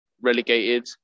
relegated